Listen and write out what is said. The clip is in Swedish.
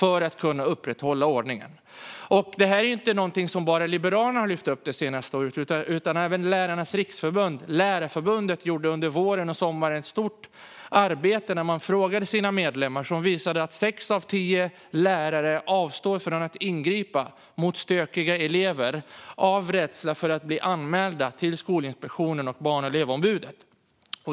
Detta är inte någonting som bara Liberalerna har lyft fram det senaste året, utan Lärarnas Riksförbund och Lärarförbundet gjorde under våren och sommaren ett stort arbete där de ställde frågor till sina medlemmar. Sex av tio lärare sa att de avstår från att ingripa mot stökiga elever av rädsla för att bli anmälda till Skolinspektionen och Barn och elevombudet.